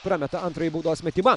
prameta antrąjį baudos metimą